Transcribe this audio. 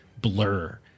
blur